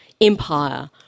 Empire